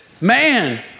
man